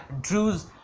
Drew's